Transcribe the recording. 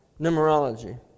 numerology